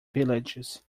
villages